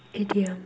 idiom